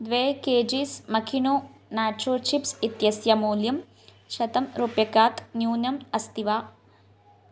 द्वे K Gs मखिनो nacho chips इत्यस्य मूल्यं शतं रुप्यकात् न्यूनम् अस्ति वा